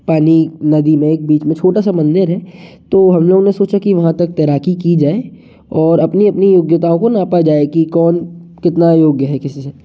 पानी नदी में एक बीच में छोटा सा मंदिर है तो हम लोग ने सोचा कि वहाँ तक तैराकी की जाए और अपनी अपनी योग्यताओं का नापा जाए कि कौन कितना योग्य है किसी से